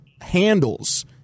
handles